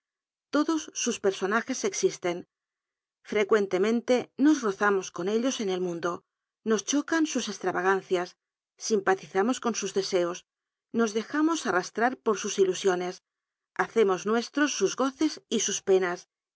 oclos sus personajes ex isten frecuentemenle nos rozamos con ellos en el mundo nos chocan sus extravagancias simpatizamos con sus deseos nos dejarnos arrastrar por sus ilusiones hacemos nuestros sus goces y sus penas